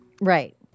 Right